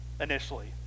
initially